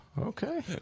Okay